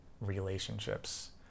relationships